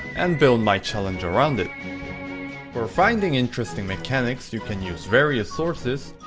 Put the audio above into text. and build my challenge around it for finding interesting mechanics, you can use various sources,